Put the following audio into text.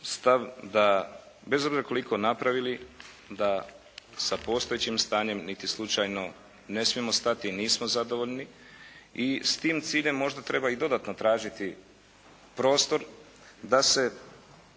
da bez obzira koliko napravili da sa postojećim stanjem niti slučajno ne smijemo stati, nismo zadovoljni i s tim ciljem treba možda i dodatno tražiti prostor da se